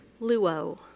luo